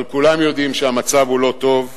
אבל כולם יודעים שהמצב לא טוב,